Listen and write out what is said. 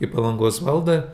į palangos valdą